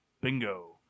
Bingo